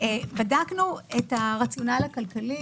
בדקנו את הרציונל הכלכלי.